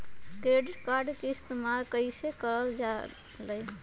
Credit card के इस्तेमाल कईसे करल जा लई?